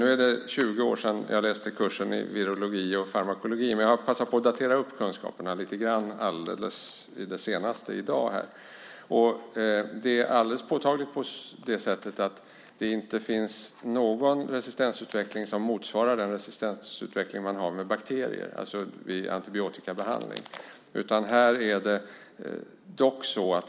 Det är nu 20 år sedan jag läste kursen i virologi och farmakologi, men jag har passat på att uppdatera kunskaperna lite grann så sent som i dag. Det är alldeles påtagligt att det inte finns någon resistensutveckling som motsvarar den resistensutveckling man har med bakterier, alltså vid antibiotikabehandling.